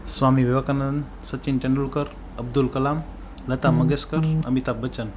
Swami Vivekananda Sachin Tendulkar Abdul Kalam Lata Mangeshkar Amitabh Bachchan